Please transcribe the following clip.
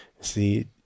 see